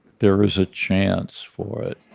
there is a chance for it